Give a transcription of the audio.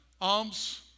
Alms